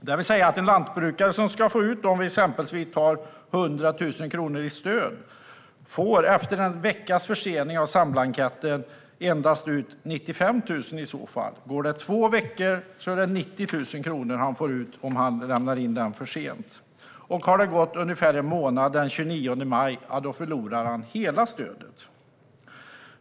Det vill säga att en lantbrukare som ska få ut exempelvis 100 000 kronor i stöd efter en veckas försening av SAM-blanketten endast får ut 95 000. Går det två veckor är det 90 000 han får ut om han lämnar in för sent. Har det gått ungefär en månad den 29 maj förlorar han hela stödet.